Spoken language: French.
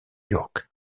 york